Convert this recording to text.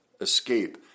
escape